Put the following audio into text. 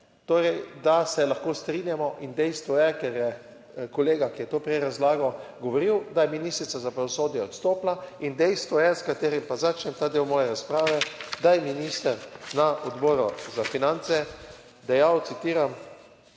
torej, da se lahko strinjamo in dejstvo je, kar je kolega, ki je to prej razlagal govoril, da je ministrica za pravosodje odstopila in dejstvo je s katerim pa začnem ta del moje razprave, da je minister na Odboru za finance dejal, citiram: